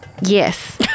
Yes